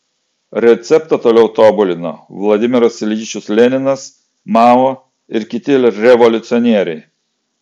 receptą toliau tobulino vladimiras iljičius leninas mao ir kiti revoliucionieriai